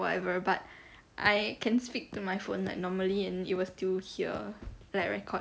whatever but I can speak to my phone like normally and it will still hear like record